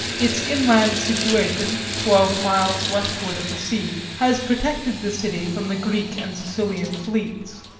its inland situation, twelve miles westward of the sea, has protected the city from the greek and sicilian fleets.